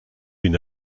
bin